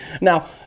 Now